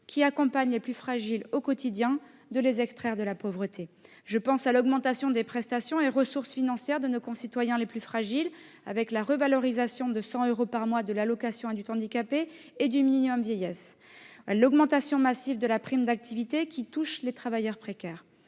qui accompagnent les plus fragiles au quotidien les moyens de les extraire de la pauvreté. Je pense à l'augmentation des prestations et ressources financières de nos concitoyens les plus fragiles, avec la revalorisation de 100 euros par mois de l'allocation aux adultes handicapés et du minimum vieillesse, et à l'augmentation massive de la prime d'activité qui touche les travailleurs précaires.